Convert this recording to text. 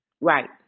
right